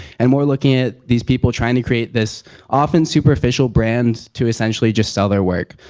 and more looking at these people trying to create this often superficial brands to essentially just sell their work.